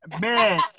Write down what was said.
Man